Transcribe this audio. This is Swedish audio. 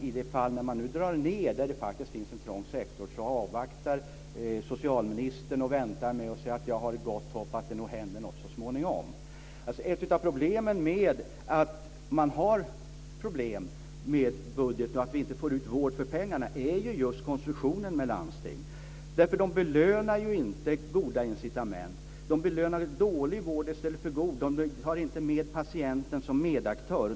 I de fall där man nu drar ned, där det faktiskt finns en trång sektor, avvaktar socialministern och väntar och säger att han har gott hopp om att det nog händer något så småningom. Ett av problemen med att man har dessa svårigheter med budgeten och att vi inte får ut vård för pengarna är just konstruktionen med landsting. Landstingen belönar ju inte goda incitament. De belönar dålig vård i stället för god. De har inte med patienten som medaktör.